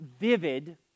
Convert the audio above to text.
vivid